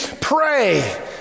pray